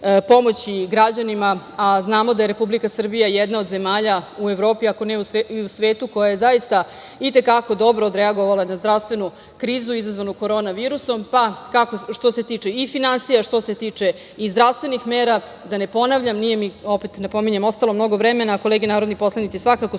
pomoći građanima, a znamo da je Republika Srbija jedna od zemalja u Evropi ako ne i u svetu koja je zaista i te kako dobro odreagovala da zdravstvenu krizu izazvanu korona virusom, što se tiče i finansija, što se tiče i zdravstvenih mera, da ne ponavljam, nije mi ostalo mnogo vremena. Kolege narodni poslanici svakako su